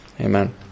Amen